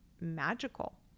magical